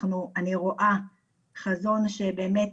אני רואה חזון שבאמת,